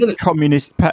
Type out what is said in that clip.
communist